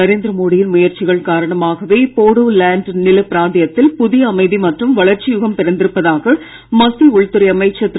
நரேந்திர மோடியின் முயற்சிகள் காரணமாகவே போடோ லாண்ட் நிலப் பிராந்தியத்தில் புதிய அமைதி மற்றும் வளர்ச்சி யுகம் பிறந்திருப்பதாக மத்திய உள்துறை அமைச்சர் திரு